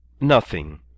Nothing